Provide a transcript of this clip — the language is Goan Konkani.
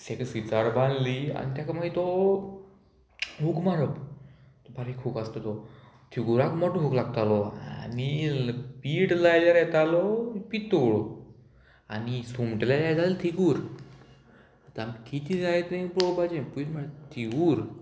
तेका सितार बांदली आनी तेका मागीर तो हूक मारप बारीक हूक आसता तो थिगुराक मोटो हूक लागतालो आनी पीट लायल्यार येतालो पित्तोळ आनी सुंगटां लायल्या येताले थिगूर आतां आमी कितें जाय तें पळोवपाचें पयलीं म्हळ्यार थिगूर